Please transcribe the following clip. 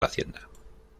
hacienda